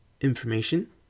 Information